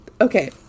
okay